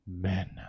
men